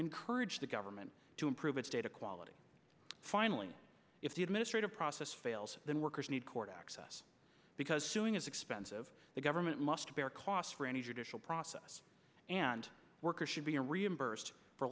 encourage the government to improve its data quality finally if the administrative process fails then workers need court access because suing is expensive the government must bear costs for any judicial process and workers should be a reimbursed for